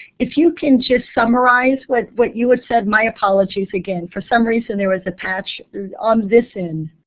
if you can just summarize what what you had said, my apologies again. for some reason, there was a patch on this end.